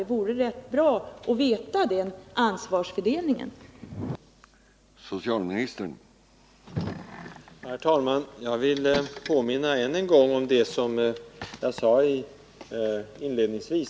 Det vore bra att få veta vilken ansvarsfördelning som gäller i detta avseende.